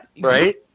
Right